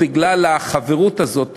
בגלל החברות הזאת,